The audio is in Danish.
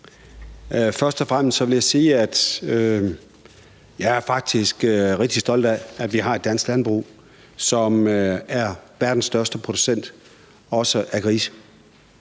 Først og fremmest vil jeg sige, at jeg faktisk er rigtig stolt af, at vi har et dansk landbrug, som er verdens største producent også af grise.